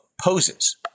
poses